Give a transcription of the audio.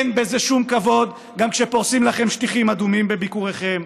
אין בזה שום כבוד גם כשפורסים לכם שטיחים אדומים בביקוריכם,